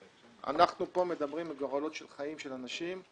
אנחנו פה מדברים על גורל ועל חיים של אנשים.